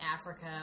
Africa